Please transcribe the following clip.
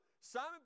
simon